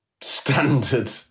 standard